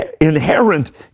Inherent